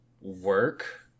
work